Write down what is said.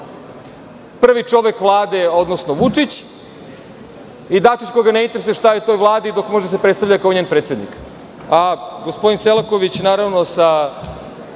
Prvi čovek Vlade, odnosno Vučić i Dačić koga ne interesuje šta je to u Vladi dok može da se predstavlja kao njen predsednik. Gospodine Selaković naravno sa